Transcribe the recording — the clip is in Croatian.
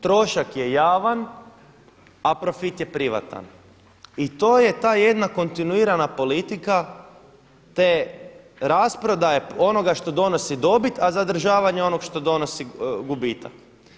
Trošak je javan, a profit je privatan i to je ta jedna kontinuirana politika, te rasprodaje onoga što donosi dobit, a zadržavanja onoga što donosi gubitak.